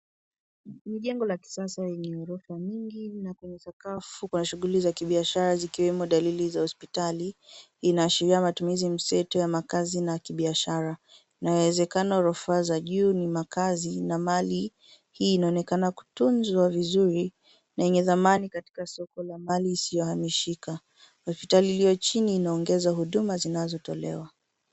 Ni jengo la kisasa lenye ghorofa nyingi na kwenye sakafu kuna shughuli za kubiashara zikiwemo dalili za hospitali. Inaashiria matumizi mseto ya makazi na kubiashara. Kuna uwezekano ghorofa za juu ni makazi na mali hii inaonekana kutunzwa vizuri na yenye dhamani katika soko la mali isiyohamishika. Hospitali iliyo chini inaongeza huduma zinazotolewa.